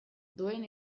duen